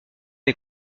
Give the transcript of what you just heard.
est